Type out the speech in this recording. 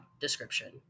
description